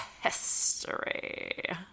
history